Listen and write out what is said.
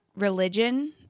religion